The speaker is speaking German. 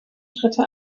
schritte